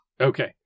Okay